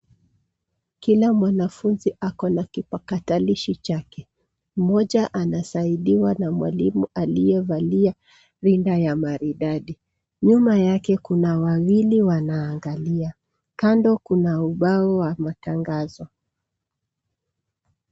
Kila mwanafunzi ako na kipakatalishi chake. Mmoja anasaidiwa na mwalimu aliyevalia rinda la maridadi. Nyuma yake kuna wawili wanaangalia. Kando kuna ubao wa matangazo.